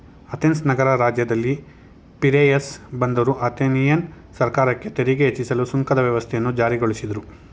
Athens ನಗರ ರಾಜ್ಯದಲ್ಲಿ Piraeus ಬಂದರು ಅಥೆನಿಯನ್ ಸರ್ಕಾರಕ್ಕೆ ತೆರಿಗೆ ಹೆಚ್ಚಿಸಲು ಸುಂಕದ ವ್ಯವಸ್ಥೆಯನ್ನು ಜಾರಿಗೊಳಿಸಿದ್ರು